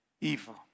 evil